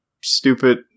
stupid